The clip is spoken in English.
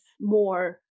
more